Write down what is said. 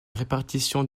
répartition